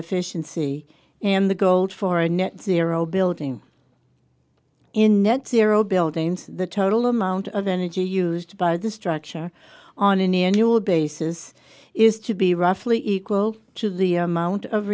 efficiency and the gold for a net zero building in net zero buildings the total amount of energy used by the structure on an e and you will basis is to be roughly equal to the amount of